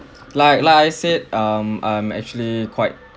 like like I said um I'm actually quite